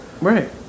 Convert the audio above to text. Right